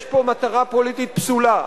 יש פה מטרה פוליטית פסולה.